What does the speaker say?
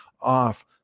off